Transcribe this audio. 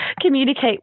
communicate